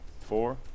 four